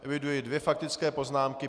Eviduji dvě faktické poznámky.